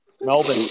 Melbourne